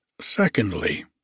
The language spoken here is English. secondly